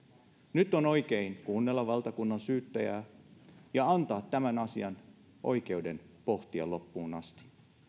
nyt on oikein kuunnella valtakunnansyyttäjää ja antaa oikeuden pohtia tämä asia loppuun asti